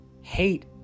hate